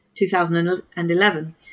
2011